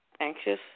Anxious